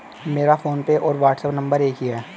मेरा फोनपे और WhatsApp number एक ही है